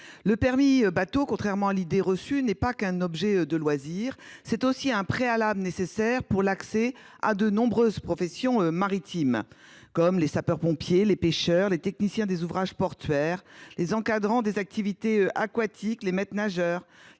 Le permis bateau, contrairement à une idée reçue, n’est pas qu’un objet de loisirs. C’est aussi un préalable nécessaire pour l’accès à de nombreux emplois maritimes : sapeurs-pompiers, pêcheurs, techniciens des ouvrages portuaires, encadrants des activités aquatiques, maîtres-nageurs,